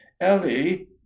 Ellie